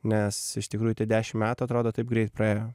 nes iš tikrųjų tie dešim metų atrodo taip greit praėjo